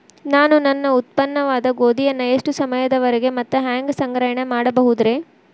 ನಾನು ನನ್ನ ಉತ್ಪನ್ನವಾದ ಗೋಧಿಯನ್ನ ಎಷ್ಟು ಸಮಯದವರೆಗೆ ಮತ್ತ ಹ್ಯಾಂಗ ಸಂಗ್ರಹಣೆ ಮಾಡಬಹುದುರೇ?